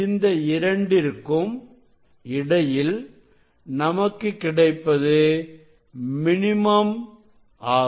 இந்த இரண்டிற்கும் இடையில் நமக்கு கிடைப்பது மினிமம் ஆகும்